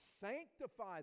sanctify